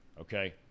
Okay